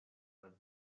with